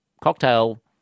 cocktail